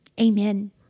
Amen